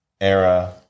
Era